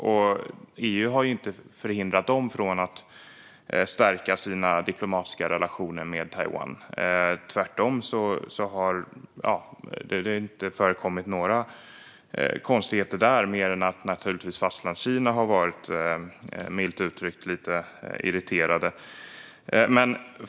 EU har inte hindrat dem från att stärka sina diplomatiska relationer med Taiwan, tvärtom. Det har inte förekommit några konstigheter där - mer än att Fastlandskina har varit milt uttryckt lite irriterat.